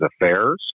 Affairs